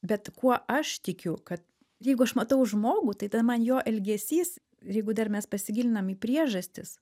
bet kuo aš tikiu kad jeigu aš matau žmogų tai tada man jo elgesys jeigu dar mes pasigilinam į priežastis